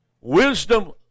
wisdom